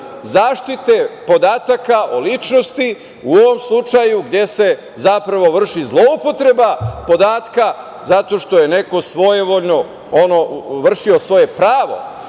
zaštite podataka o ličnosti, u ovom slučaju gde se zapravo vrši zloupotreba podatka zato što je neko svojevoljno vršio svoje pravo